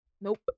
Nope